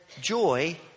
joy